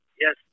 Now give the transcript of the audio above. Yes